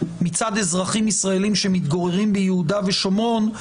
מצד אזרחים ישראלים שמתגוררים ביהודה ושומרון,